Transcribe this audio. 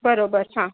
बरोबर हां